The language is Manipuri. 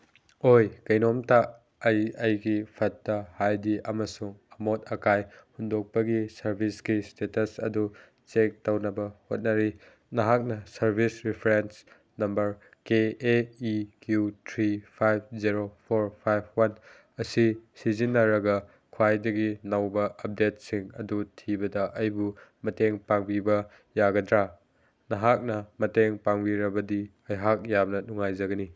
ꯑꯣꯏ ꯀꯩꯅꯣꯝꯇ ꯑꯩ ꯑꯩꯒꯤ ꯐꯠꯇ ꯍꯥꯎꯗꯤ ꯑꯃꯁꯨꯡ ꯑꯃꯣꯠ ꯑꯀꯥꯏ ꯍꯨꯟꯗꯣꯛꯄꯒꯤ ꯁꯔꯚꯤꯁꯀꯤ ꯏꯁꯇꯦꯇꯁ ꯑꯗꯨ ꯆꯦꯛ ꯇꯧꯅꯕ ꯍꯣꯠꯅꯔꯤ ꯅꯍꯥꯛꯅ service reference number K A E Q three five zero four five one one ꯑꯁꯤ ꯁꯤꯖꯤꯟꯅꯔꯒ ꯈ꯭ꯋꯥꯏꯗꯒꯤ ꯅꯧꯕ ꯑꯞꯗꯦꯠꯁꯤꯡ ꯑꯗꯨ ꯊꯤꯕꯗ ꯑꯩꯕꯨ ꯃꯇꯦꯡ ꯄꯥꯡꯕꯤꯕ ꯌꯥꯒꯗ꯭ꯔꯥ ꯅꯍꯥꯛꯅ ꯃꯇꯦꯡ ꯄꯥꯡꯕꯤꯔꯕꯗꯤ ꯑꯩꯍꯥꯛ ꯌꯥꯝꯅ ꯅꯨꯡꯉꯥꯏꯖꯒꯅꯤ